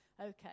Okay